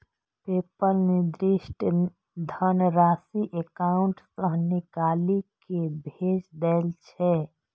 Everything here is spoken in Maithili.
पेपल निर्दिष्ट धनराशि एकाउंट सं निकालि कें भेज दै छै